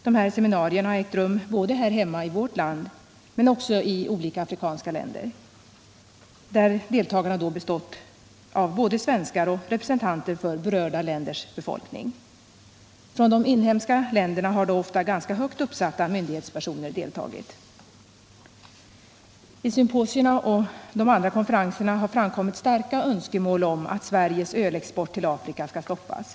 Sådana seminarier har ägt rum både i vårt land och i olika afrikanska länder, där deltagarna då bestått av både svenskar och representanter för berörda länders befolkningar. Från de inhemska myndigheterna har då ofta ganska högt uppsatta personer deltagit. Vid dessa symposier och konferenser har framkommit starka önskemål om att Sveriges ölexport till Afrika skall stoppas.